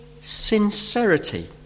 sincerity